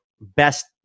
best